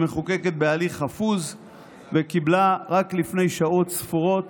שמחוקקת בהליך חפוז וקיבלה רק לפני שעות ספורות